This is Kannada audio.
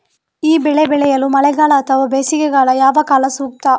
ಈ ಬೆಳೆ ಬೆಳೆಯಲು ಮಳೆಗಾಲ ಅಥವಾ ಬೇಸಿಗೆಕಾಲ ಯಾವ ಕಾಲ ಸೂಕ್ತ?